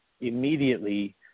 immediately